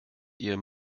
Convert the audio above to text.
eher